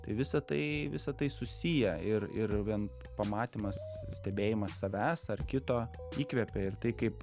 tai visa tai visa tai susiję ir ir vien pamatymas stebėjimas savęs ar kito įkvepia ir tai kaip